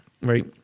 right